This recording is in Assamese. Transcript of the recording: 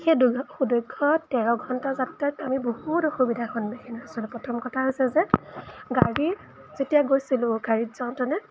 সেই সুদক্ষ তেৰ ঘণ্টা যাত্ৰাত আমি বহুত অসুবিধাৰ সন্মুখীন হৈছিলোঁ প্ৰথম কথা হৈছে যে গাড়ী যেতিয়া গৈছিলোঁ গাড়ীত যাওঁতেনে